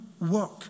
work